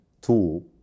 tool